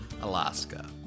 Alaska